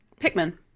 Pikmin